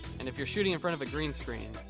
and if you're shooting in front of a green screen,